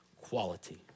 quality